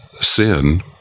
sin